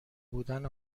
بودن